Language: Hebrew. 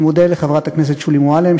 אני מודה לחברת הכנסת שולי מועלם,